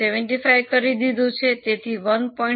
75 કરી દીધું છે તેથી 1